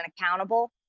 accountable